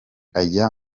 ajya